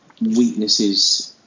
weaknesses